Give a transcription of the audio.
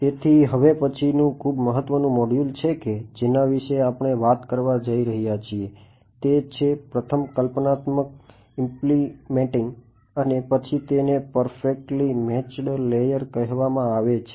તેથી હવે પછીનું ખૂબ મહત્વનું મોડ્યુલ છે કે જેના વિશે આપણે વાત કરવા જઈ રહ્યા છીએ તે છે પ્રથમ કલ્પનાત્મક કહેવામાં આવે છે